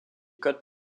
codes